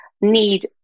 need